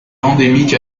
endémique